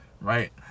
right